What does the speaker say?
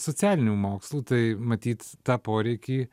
socialinių mokslų tai matyt tą poreikį